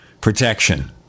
protection